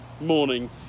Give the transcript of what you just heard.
morning